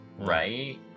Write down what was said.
Right